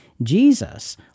Jesus